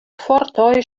fortoj